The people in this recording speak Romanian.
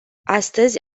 astăzi